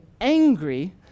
angry